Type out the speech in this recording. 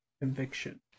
conviction